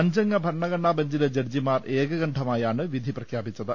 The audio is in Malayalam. അഞ്ചംഗ ഭരണഘടനാബെഞ്ചിലെ ജഡ്ജിമാർ ഏകകണ്ഠമായാണ് വിധി പ്രഖ്യാപിച്ചത്